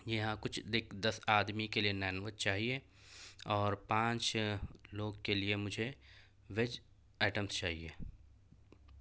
یہاں کچھ دک دس آدمی کے لیے نان ویج چاہیے اور پانچ لوگ کے لیے مجھے ویج آئٹمس چاہیے